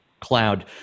cloud